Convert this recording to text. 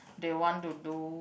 they want to do